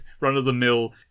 run-of-the-mill